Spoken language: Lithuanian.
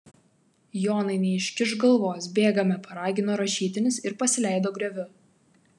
jonai neiškišk galvos bėgame paragino rašytinis ir pasileido grioviu